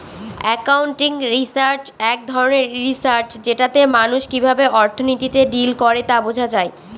accounting research এক ধরনের research যেটাতে মানুষ কিভাবে অর্থনীতিতে ডিল করে তা বোঝা যায়